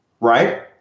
Right